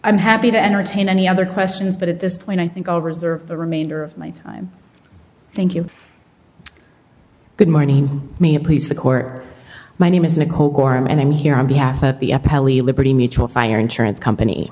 i'm happy to entertain any other questions but at this point i think i'll reserve the remainder of my time thank you good morning me please the court my name is nicole gorman and i'm here on behalf of the liberty mutual fire insurance company